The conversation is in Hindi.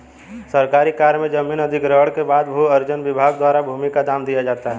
सरकारी कार्य में जमीन अधिग्रहण के बाद भू अर्जन विभाग द्वारा भूमि का दाम दिया जाता है